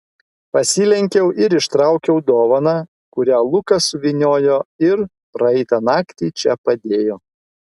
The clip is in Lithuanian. pasilenkiau ir ištraukiau dovaną kurią lukas suvyniojo ir praeitą naktį čia padėjo